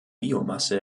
biomasse